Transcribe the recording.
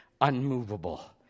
unmovable